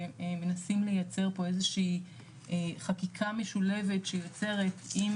שמנסים לייצר פה איזושהי חקיקה משולבת שהיא יוצרת עם